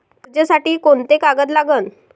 कर्जसाठी कोंते कागद लागन?